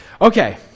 Okay